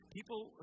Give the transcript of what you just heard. People